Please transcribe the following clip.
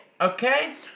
okay